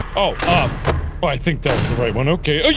oh ah but i think that's the right one okay